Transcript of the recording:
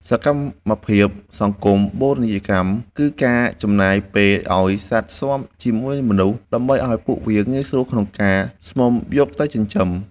សកម្មភាព សង្គមបូនីយកម្ម គឺការចំណាយពេលឱ្យសត្វស៊ាំជាមួយមនុស្ស ដើម្បីឱ្យពួកវាងាយស្រួលក្នុងការស្មុំយកទៅចិញ្ចឹម។